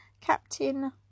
Captain